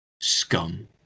Scum